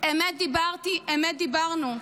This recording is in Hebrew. אמת דיברתי, אמת דיברנו.